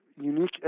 unique